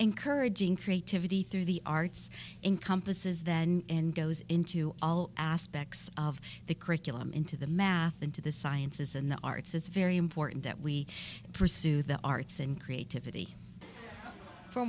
encouraging creativity through the arts encompases that goes into all aspects of the curriculum into the math and to the sciences and the arts is very important that we pursue the arts and creativity for